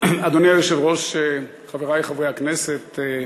אדוני היושב-ראש, חברי חברי הכנסת,